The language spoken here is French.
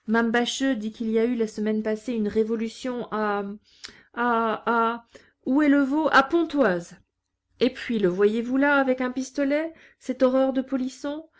dit qu'il y a eu la semaine passée une révolution à à à où est le veau à pontoise et puis le voyez-vous là avec un pistolet cette horreur de polisson